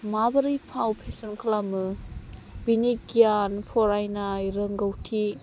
माबोरै फाव फेशन खालामो बिनि गियान फरायनाय रोंगौथि